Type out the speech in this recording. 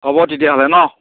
হ'ব তেতিয়াহ'লে ন'